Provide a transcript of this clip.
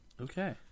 Okay